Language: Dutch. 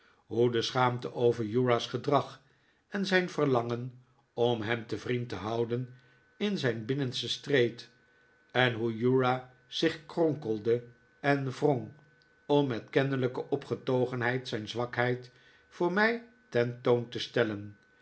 de schaamte over uriah's gedrag en zijn verlangen om hem te vriend te houden in zijn binnenste streed en hoe uriah zich kronkelde en wrong om met kennelijke opgetogenheid zijn zwakheid voor mij ten toon te stellen